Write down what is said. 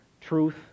truth